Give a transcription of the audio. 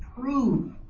prove